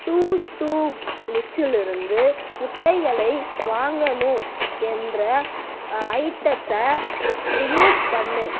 to do லிஸ்ட்லிருந்து முட்டைகளை வாங்கணும் என்ற ஐட்டத்தை ரிமூவ் பண்ணு